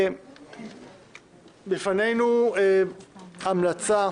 בפנינו המלצה